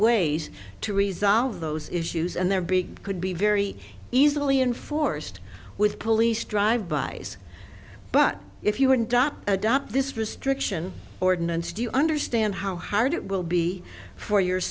ways to resolve those issues and they're big could be very easily enforced with police drive bys but if you were dot adopt this restriction ordinance do you understand how hard it will be for y